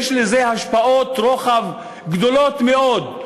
יש לזה השפעות רוחב גדולות מאוד.